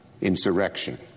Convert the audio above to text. insurrection